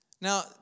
Now